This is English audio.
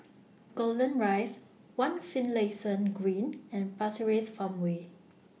Golden Rise one Finlayson Green and Pasir Ris Farmway